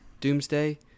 doomsday